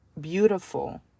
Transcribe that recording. beautiful